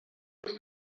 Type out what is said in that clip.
was